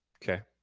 okay.